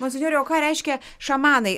monsinjore o ką reiškia šamanai